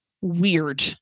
weird